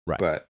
Right